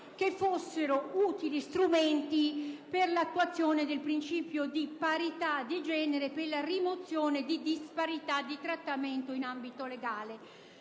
che fossero utili strumenti per l'attuazione del principio di parità di genere e per la rimozione di disparità di trattamento in ambito legale.